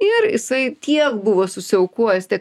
ir jisai tiek buvo susiaukojęs tiek